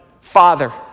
father